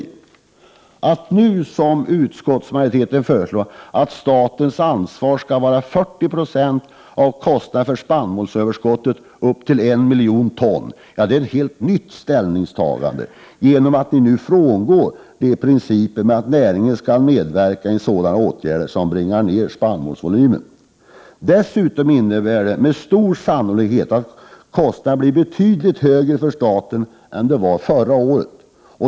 27 Att nu föreslå, som utskottsmajoriteten gör, att statens ansvar skall vara 40 90 av kostnaderna för spannmålsöverskottet upp till 1 miljon ton är ett helt nytt ställningstagande, eftersom majoriteten nu frångår principen att näringen skall medverka i sådana åtgärder som nedbringar spannmålsvolymen. Dessutom innebär det med stor sannolikhet att kostnaderna blir betydligt högre för staten än de var förra året.